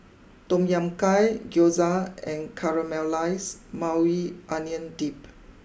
Tom Kha Gai Gyoza and Caramelized Maui Onion Dip